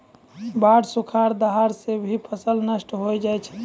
बाढ़, सुखाड़, दहाड़ सें भी फसल नष्ट होय जाय छै